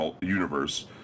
universe